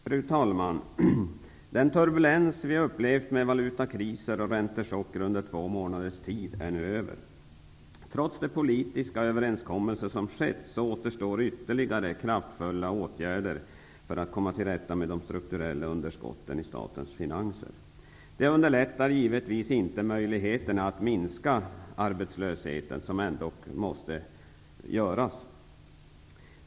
Fru talman! Den turbulens vi upplevt med valutakriser och räntechocker under två månaders tid är nu över. Trots de politiska överenskommelser som skett återstår ytterligare kraftfulla åtgärder för att komma till rätta med de strukturella underskotten i statens finanser. Detta underlättar givetvis inte möjligheterna att minska arbetslösheten, vilket ändock måste göras.